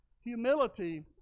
humility